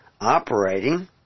operating